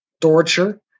torture